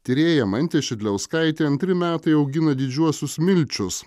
tyrėja mantė šidliauskaitė antri metai augina didžiuosius milčius